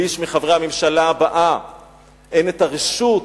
לאיש מחברי הממשלה הבאה אין רשות